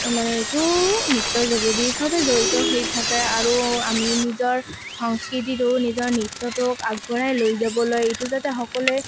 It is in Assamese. মানে এইটো নৃত্যৰ যোগেদি সবে জড়িত হৈ থাকে আৰু আমি নিজৰ সংস্কৃতিটো নিজৰ নৃত্যটোক আগবঢ়াই লৈ যাবলৈ এইটো যাতে সকলোৱে